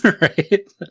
right